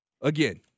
Again